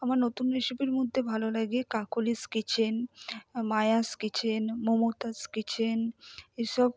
আমার নতুন রেসিপির মধ্যে ভালো লাগে Kakoli's kitchen Maya's kitchen Mamata's kitchen এসব